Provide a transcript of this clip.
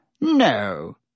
No